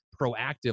proactive